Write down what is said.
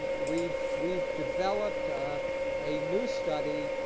we've we've developed a new study.